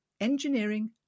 Engineering